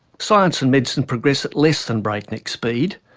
science and medicine progress at less than breakneck speed,